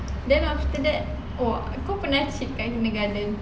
then after that !wah! kau pernah cheat time kindergarten